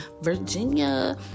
Virginia